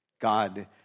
God